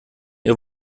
ihr